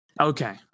okay